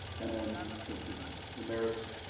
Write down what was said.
and then the mayor's